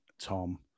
Tom